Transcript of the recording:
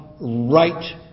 right